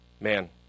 man